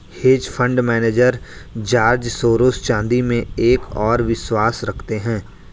hedge fund manager George Soros चांदी में एक और विश्वास रखते हैं